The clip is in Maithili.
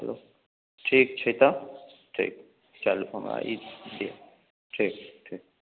चलू ठीक छै तऽ ठीक चलू हमरा ई ठीक ठीक